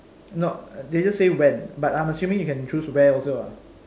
no they just say when but I'm assuming you can choose where also lah